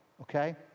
okay